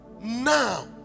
Now